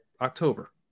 October